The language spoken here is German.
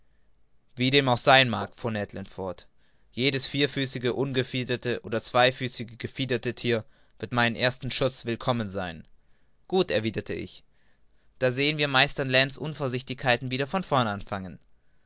wie dem auch sein mag fuhr ned land fort jedes vierfüßige ungefiederte oder zweifüßige gefiederte thier wird meinem ersten schuß willkommen sein gut erwiderte ich da sehen wir meister land's unvorsichtigkeiten wieder von vorne anfangen